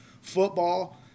Football